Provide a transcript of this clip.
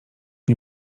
nie